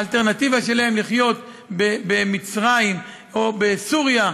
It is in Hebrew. האלטרנטיבה שלהם היא לחיות במצרים או בסוריה,